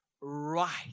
right